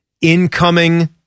incoming